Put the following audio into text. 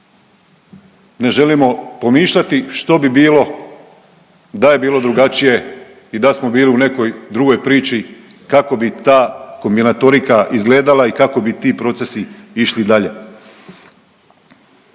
ne želimo pomišljati što bi bilo da je bilo drugačije i da smo bili u nekoj drugoj priči kako bi ta kombinatorika izgledala i kako bi ti procesi išli dalje.